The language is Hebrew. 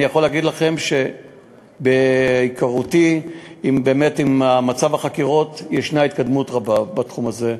אני יכול להגיד מהיכרותי עם מצב החקירות שישנה התקדמות רבה בתחום הזה.